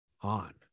on